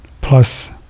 Plus